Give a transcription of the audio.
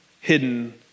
hidden